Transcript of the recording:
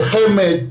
לחמ"ד,